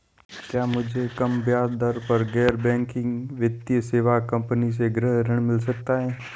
क्या मुझे कम ब्याज दर पर गैर बैंकिंग वित्तीय सेवा कंपनी से गृह ऋण मिल सकता है?